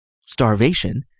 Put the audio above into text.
starvation